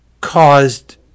caused